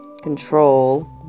control